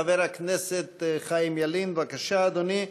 חבר הכנסת חיים ילין, בבקשה, אדוני.